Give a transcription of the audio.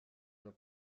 pel